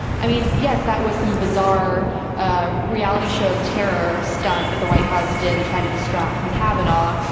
i mean, yes, that was some bizarre ah reality show of terror stunt that the white house did, to try to distract from kavanaugh.